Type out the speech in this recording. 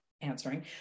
answering